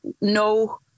no